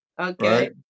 Okay